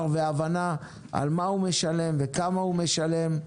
והבנה על מה הוא משלם וכמה הוא משלם,